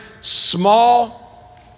small